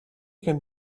can